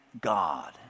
God